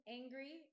angry